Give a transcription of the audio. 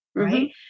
Right